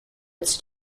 its